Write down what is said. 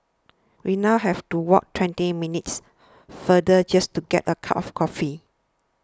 we now have to walk twenty minutes farther just to get a cup of coffee